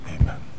Amen